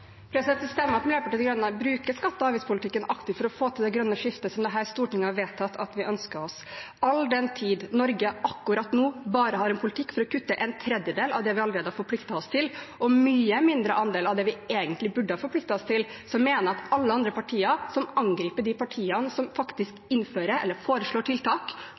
Det stemmer at Miljøpartiet De Grønne bruker skatte- og avgiftspolitikken aktivt for å få til det grønne skiftet som Stortinget har vedtatt at vi ønsker oss. All den tid Norge akkurat nå bare har en politikk for å kutte en tredjedel av det vi allerede har forpliktet oss til, og en mye mindre andel av det vi burde ha forpliktet oss til, mener jeg at alle andre partier som angriper de partiene som faktisk innfører eller foreslår tiltak